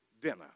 dinner